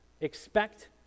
expect